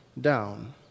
down